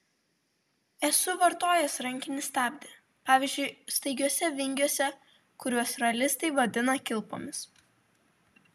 esu vartojęs rankinį stabdį pavyzdžiui staigiuose vingiuose kuriuos ralistai vadina kilpomis